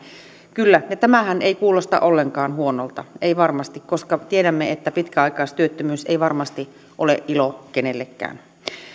kyllä tämähän ei kuulosta ollenkaan huonolta ei varmasti koska tiedämme että pitkäaikaistyöttömyys ei varmasti ole ilo kenellekään